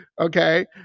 Okay